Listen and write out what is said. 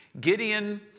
Gideon